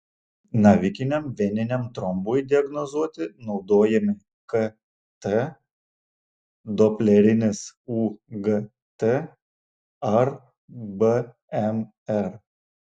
navikiniam veniniam trombui diagnozuoti naudojami kt doplerinis ugt ar bmr